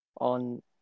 on